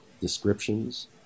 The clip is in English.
descriptions